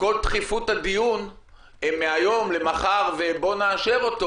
כל דחיפות הדיון מהיום למחר ו"בוא ונאשר אותו"